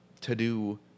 to-do